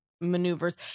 maneuvers